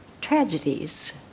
tragedies